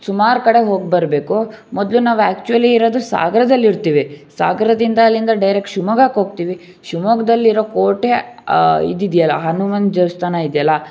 ಸುಮಾರು ಕಡೆ ಹೋಗಿ ಬರಬೇಕು ಮೊದಲು ನಾವು ಆ್ಯಕ್ಚುಲಿ ಇರೋದು ಸಾಗರದಲ್ಲಿ ಇರ್ತಿವಿ ಸಾಗರದಿಂದ ಅಲ್ಲಿಂದ ಡೈರೆಕ್ಟ್ ಶಿವ್ಮೊಗ್ಗಕ್ಕೆ ಹೋಗ್ತಿವಿ ಶಿವ್ಮೊಗ್ಗದಲ್ಲಿರೋ ಕೋಟೆ ಇದಿದೆಯಲ್ಲ ಹನುಮಾನ್ ದೇವಸ್ಥಾನ ಇದೆಯಲ್ಲ